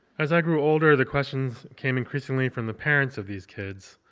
as i grew older, the questions came increasingly from the parents of these kids.